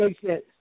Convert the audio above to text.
Yes